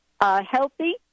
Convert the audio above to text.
Healthy